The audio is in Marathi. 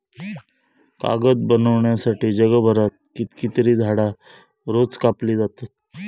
कागद बनवच्यासाठी जगभरात कितकीतरी झाडां रोज कापली जातत